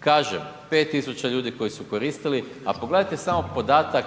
Kažem, 5 tisuća ljudi koji su koristili, a pogledajte samo podatak